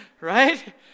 Right